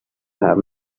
have